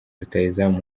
rutahizamu